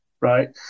right